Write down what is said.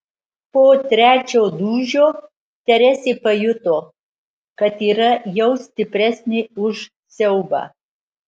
po trečio dūžio teresė pajuto kad yra jau stipresnė už siaubą